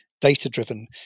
data-driven